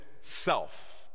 self